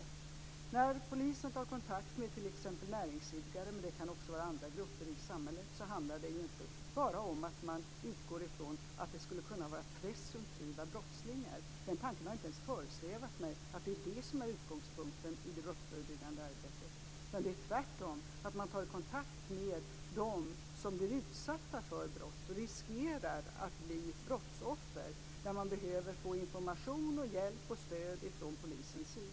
När polisen tar kontakt med t.ex. näringsidkare - men det kan också vara andra grupper i samhället - handlar det inte om att man utgår ifrån att de skulle kunna vara presumtiva brottslingar. Tanken att det skulle vara utgångspunkten i det brottsförebyggande arbetet har inte ens föresvävat mig. Tvärtom tar man kontakt med dem som blir utsatta för brott och riskerar att bli brottsoffer. De behöver få information, hjälp och stöd av polisen.